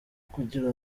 kugira